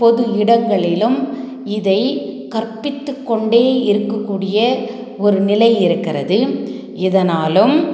பொது இடங்களிலும் இதை கற்பித்து கொண்டே இருக்கக்கூடிய ஒரு நிலை இருக்கிறது இதனாலும்